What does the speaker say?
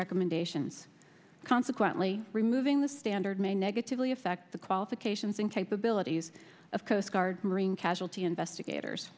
recommendations consequently removing the standard may negatively affect the qualifications and capabilities of coast guard marine casualty investigators